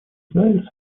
израиль